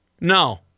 No